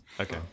Okay